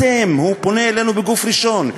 אתם" הוא פונה אלינו בגוף ראשון,